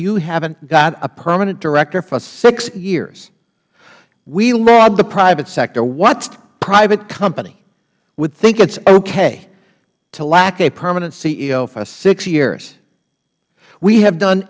you haven't got a permanent director for six years we laud the private sector what private company would think it's okay to lack a permanent ceo for six years we have done